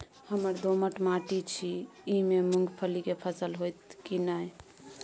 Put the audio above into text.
हमर दोमट माटी छी ई में मूंगफली के फसल होतय की नय?